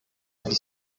muri